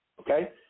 okay